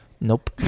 Nope